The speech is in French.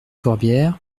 corbière